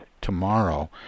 tomorrow